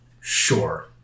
Sure